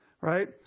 right